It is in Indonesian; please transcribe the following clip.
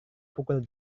pukul